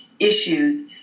issues